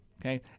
okay